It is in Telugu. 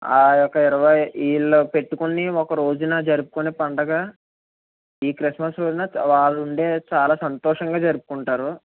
ఆ యొక్క ఇరవై వీళ్లు పెట్టుకునే ఒక్కరోజున జరుపుకునే పండుగ ఈ క్రిస్మస్ రోజున చా వాళ్లు ఉండే చాలా సంతోషంగా జరుపుకుంటారు